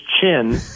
chin